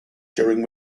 during